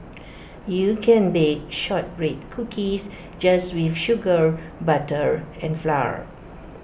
you can bake Shortbread Cookies just with sugar butter and flour